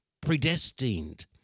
predestined